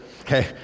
okay